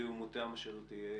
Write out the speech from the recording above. תהיה לאומיותם אשר תהיה,